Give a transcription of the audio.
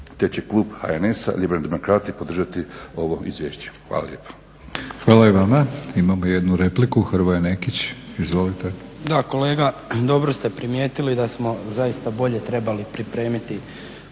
te će klub HNS-a Liberalni demokrati podržati ovo izvješće. Hvala lijepa.